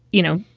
you know,